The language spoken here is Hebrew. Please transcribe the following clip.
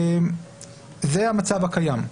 זה המצב הקיים.